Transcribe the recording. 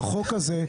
והחוק הזה,